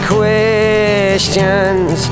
questions